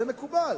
זה מקובל.